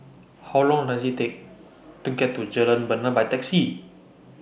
How Long Does IT Take to get to Jalan Bena By Taxi